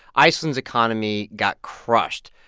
iceland's economy got crushed.